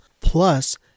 Plus